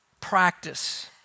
practice